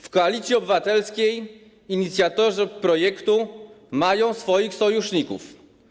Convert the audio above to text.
W Koalicji Obywatelskiej inicjatorzy projektu mają swoich sojuszników.